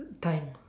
time